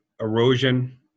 erosion